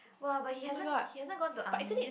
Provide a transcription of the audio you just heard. !wah! but he hasn't he hasn't gone to army